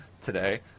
today